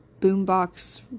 boombox